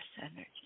energy